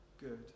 good